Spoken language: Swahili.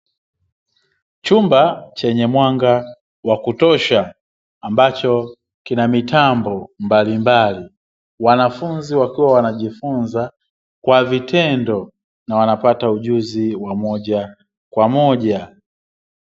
Chumba chenye mwanga wa kutosha, ambacho kina mitambo mbalimbali. Wanafunzi wakiwa wanajifunza kwa vitendo na wanapata ujuzi wa moja kwa moja.